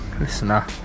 listener